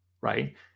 right